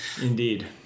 Indeed